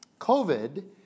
COVID